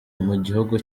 mugihugu